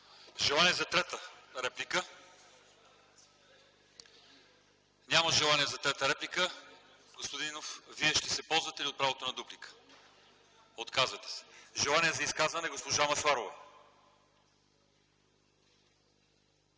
Желание за трета реплика? Няма желание. Господин Господинов, Вие ще ползвате ли правото си на дуплика? Отказвате се. Желание за изказване – госпожа Масларова.